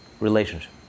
relationship